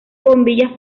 bombillas